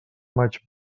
maig